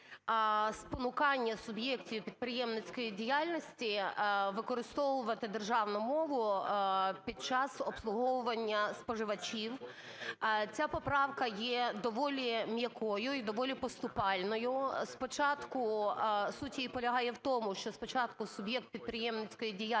спонукання суб'єктів підприємницької діяльності використовувати державну мову під час обслуговування споживачів. Ця поправка є доволі м'якою і доволі поступальною. Спочатку суть її полягає в тому, що спочатку суб'єкт підприємницької діяльності